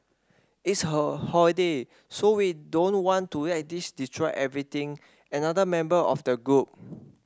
it's holiday so we don't want to let this destroy everything another member of the group